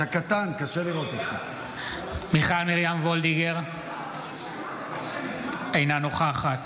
בעד מיכל מרים וולדיגר, אינה נוכחת